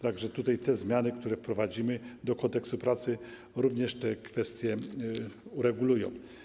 Tak że te zmiany, które wprowadzimy do Kodeksu pracy, również te kwestie uregulują.